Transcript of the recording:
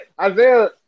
Isaiah